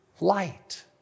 light